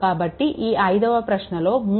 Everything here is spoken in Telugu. కాబట్టి ఈ ఐదవ ప్రశ్నలో 3